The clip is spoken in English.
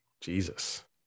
jesus